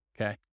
Okay